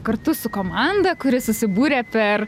kartu su komanda kuri susibūrė per